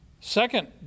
second